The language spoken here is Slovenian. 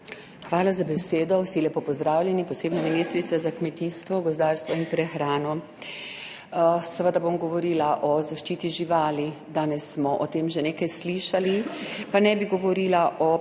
Hvala za besedo. vsi lepo pozdravljeni, posebej ministrica za kmetijstvo, gozdarstvo in prehrano. Seveda bom govorila o zaščiti živali, danes smo o tem že nekaj slišali. Pa ne bi govorila o